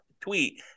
tweet